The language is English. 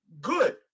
Good